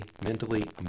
mentally